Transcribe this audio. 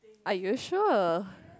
are you sure